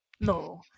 No